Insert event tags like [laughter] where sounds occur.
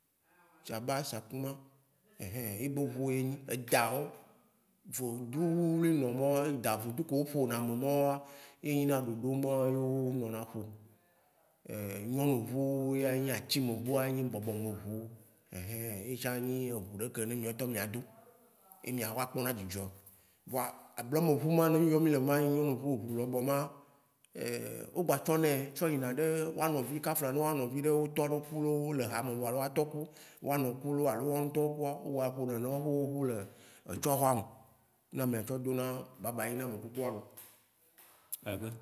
tsaba sakuma ehĩ ye be ʋu ye nyi. Edãwo vodzu wliwlimawo ye nyi dã vodzu kewo ƒona me mawoa ye nyina ɖoɖoŋ ma ye o nɔna ƒo. Nyɔnuʋu wo ya nyi atsimɛʋu a nyi bɔbɔmeʋu ɛhĩ, etsã nyi eʋu ɖe keye mia ŋtɔ mia do. Ye mia kɔ kpɔna dzidzɔ. Voa ablɔmɛʋuma ne mi yɔ mí lema enyi nyɔnuʋu eʋu lɔgbɔma, o gba tsɔnɛ tsɔ yina ɖe woa nɔvi, kafla ne woa nɔvi ɖe wo tɔ ɖe ku loo ole hame alo woa tɔ ku woa nɔ ku alo woa ŋtɔwo kua, o gbava yi ƒona nene ƒe ʋu le tsɔxɔa me ne amea tsɔ dona babayi na amekukua loo. [noise]